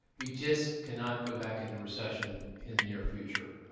we just cannot go back into recession in the near future.